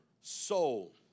soul